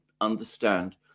understand